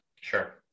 Sure